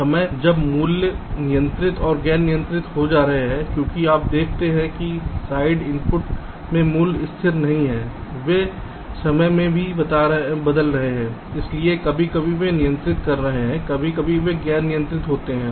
समय जब मूल्य नियंत्रित और गैर नियंत्रित होते जा रहे हैं क्योंकि आप देखते हैं कि साइड इनपुट के मूल्य स्थिर नहीं हैं वे समय में भी बदल रहे हैं इसलिए कभी कभी वे नियंत्रित कर रहे हैं कभी कभी वे गैर नियंत्रित होते हैं